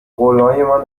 قولهایمان